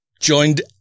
joined